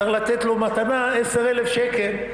צריך לתת לו מתנה 10,000 שקל,